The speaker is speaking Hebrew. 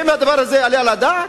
האם הדבר הזה יעלה על הדעת?